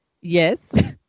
yes